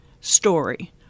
story